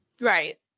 right